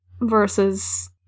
versus